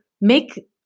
make